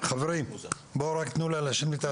העבירה הנפוצה ביותר היא עבירת תקיפה גופנית,